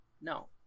no